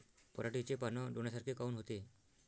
पराटीचे पानं डोन्यासारखे काऊन होते?